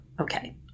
Okay